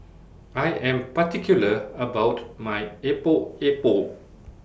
I Am particular about My Epok Epok